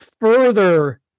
further